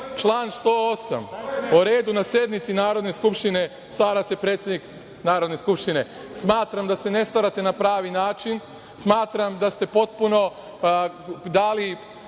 108. – o redu na sednici Narodne skupštine stara se predsednik Narodne skupštine. Smatram da se ne starate na pravi način, smatram da ste potpuno dali